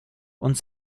und